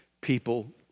people